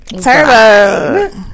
Turbo